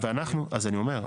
אז אני מסביר.